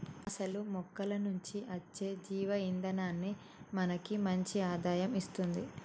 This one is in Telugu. అసలు మొక్కల నుంచి అచ్చే జీవ ఇందనాన్ని మనకి మంచి ఆదాయం ఇస్తుంది